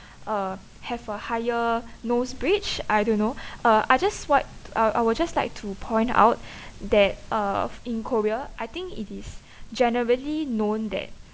uh have a higher nose bridge I don't know uh I just what I I would just like to point out that uh in korea I think it is generally known that